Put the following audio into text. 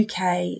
UK